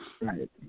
Right